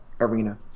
Arena